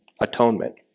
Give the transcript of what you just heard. atonement